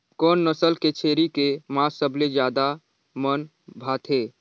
कोन नस्ल के छेरी के मांस सबले ज्यादा मन भाथे?